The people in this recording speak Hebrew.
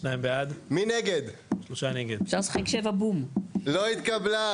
הצבעה בעד, 2 נגד, 3 נמנעים, 0 הרביזיה לא התקבלה.